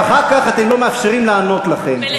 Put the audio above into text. ואחר כך אתם לא מאפשרים לענות לכם,